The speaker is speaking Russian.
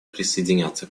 присоединятся